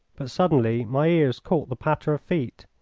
but suddenly my ears caught the patter of feet,